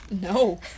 no